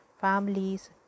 families